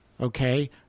okay